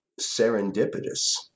serendipitous